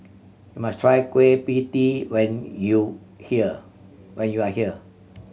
you must try Kueh Pie Tee when you here when you are here